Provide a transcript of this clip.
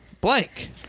blank